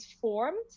formed